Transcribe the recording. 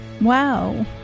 Wow